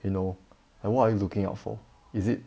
you know and what are you looking out for is it